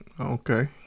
Okay